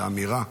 איזה אמירה.